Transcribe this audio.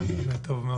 זה טוב מאוד.